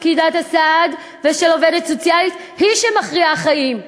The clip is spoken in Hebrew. פקידת הסעד ושל העובדת הסוציאלית היא שמכריעה חיים,